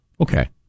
Okay